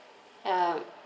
uh